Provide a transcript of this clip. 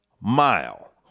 mile